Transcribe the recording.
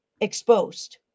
exposed